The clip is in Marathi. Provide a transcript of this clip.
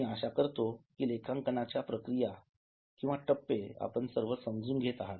मी आशा करतो की लेखांकनाच्या प्रक्रिया किंवा टप्पे आपण सर्व समजून घेत आहात